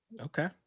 Okay